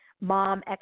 mom